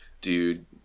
dude